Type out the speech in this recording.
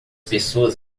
pessoas